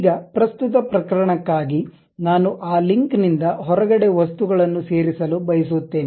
ಈಗ ಪ್ರಸ್ತುತ ಪ್ರಕರಣಕ್ಕಾಗಿ ನಾನು ಆ ಲಿಂಕ್ನಿಂದ ಹೊರಗಡೆ ವಸ್ತುಗಳನ್ನು ಸೇರಿಸಲು ಬಯಸುತ್ತೇನೆ